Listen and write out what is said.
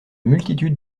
multitude